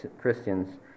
Christians